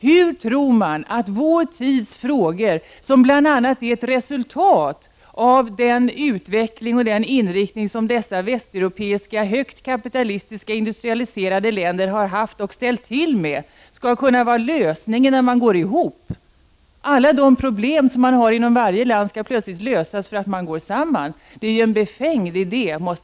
Hur tror man att vår tids frågor, som bl.a. är ett resultat av den utveckling och den inriktning som dessa västeuropeiska, högt industrialiserade, kapitalistiska länder har ställt till med och haft, skall kunna lösas om länderna går ihop? Alla de problem som man har inom varje land skall plötsligt lösas därför att de går samman. Det är en befängd idé.